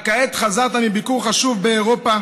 רק כעת חזרת מביקור חשוב באירופה,